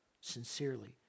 sincerely